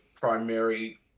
primary